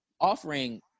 offering